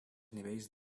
nivells